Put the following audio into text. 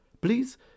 Please